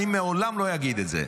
אני לעולם לא אגיד את זה.